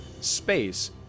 space